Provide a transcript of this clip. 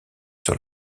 sur